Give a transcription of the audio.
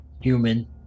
human